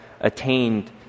attained